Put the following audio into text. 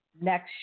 next